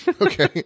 Okay